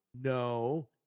no